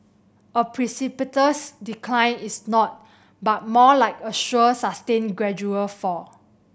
a precipitous decline is not but more like a sure sustained gradual fall